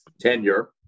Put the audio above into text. tenure